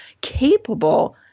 capable